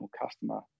customer